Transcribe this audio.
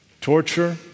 torture